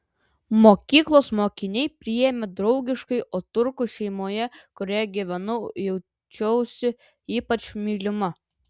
mokyklos mokiniai priėmė draugiškai o turkų šeimoje kurioje gyvenau jaučiausi ypač mylima